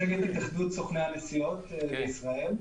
התאחדות סוכני הנסיעות בישראל.